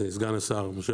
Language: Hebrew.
סגן השר משה